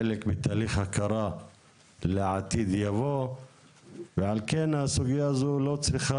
חלק בתהליך הכרה לעתיד לבוא ועל כן הסוגייה הזו לא צריכה